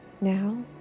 Now